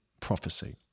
prophecy